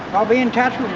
i'll be in touch